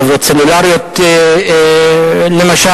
חברות סלולריות למשל,